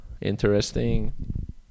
interesting